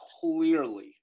clearly